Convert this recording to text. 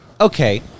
okay